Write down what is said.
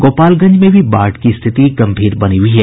गोपालगंज में भी बाढ़ की स्थिति गम्भीर बनी हुई है